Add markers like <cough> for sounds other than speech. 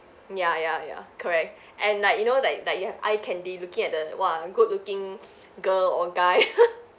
ya ya ya correct and like you know like like you have eye candy looking at the !wah! good looking girl or guy <laughs>